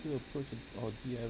approach or D_I